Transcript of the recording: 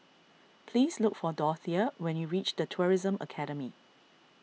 please look for Dorthea when you reach the Tourism Academy